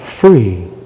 free